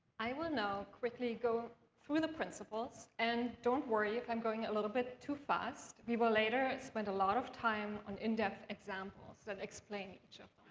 i will now quickly go through the principles. and don't worry if i'm going a little bit too fast. we will later spend a lot of time on in-depth examples that explain each of